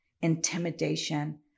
intimidation